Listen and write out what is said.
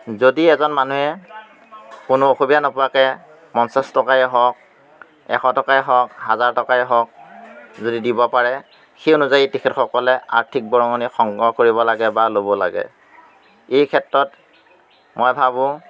যদি এজন মানুহে কোনো অসুবিধা নোপোৱাকৈ পঞ্চাছ টকাই হওক এশ টকাই হওক হাজাৰ টকাই হওক যদি দিব পাৰে সেই অনুযায়ী তেখেতসকলে আৰ্থিক বৰঙণি সংগ্ৰহ কৰিব লাগে বা ল'ব লাগে এই ক্ষেত্ৰত মই ভাবোঁ